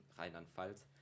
Rheinland-Pfalz